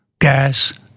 gas